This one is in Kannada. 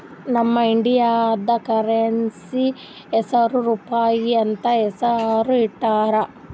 ನಮ್ ಇಂಡಿಯಾದು ಕರೆನ್ಸಿ ಹೆಸುರ್ ರೂಪಾಯಿ ಅಂತ್ ಹೆಸುರ್ ಇಟ್ಟಾರ್